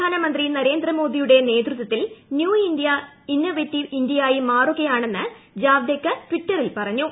പ്രധാനമന്ത്രി നരേന്ദ്ര മോദിയുടെ നേതൃത്വത്തിൽ ന്യൂ ഇന്ത്യ ഇന്നൊവേറ്റീവ് ഇന്ത്യയായി മാറുകയാണെന്ന് ജാവദേക്കർ ട്വിറ്ററിൽ പറഞ്ഞു